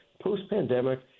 Post-pandemic